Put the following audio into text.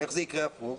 איך זה יקרה הפוך?